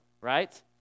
right